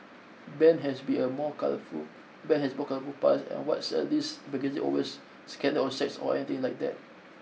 Ben has be a more colourful Ben has more colourful past and what sells these magazines is always scandal or sex or anything like that